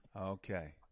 Okay